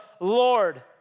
Lord